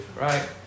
right